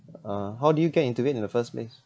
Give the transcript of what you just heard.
uh how did you get into it in the first place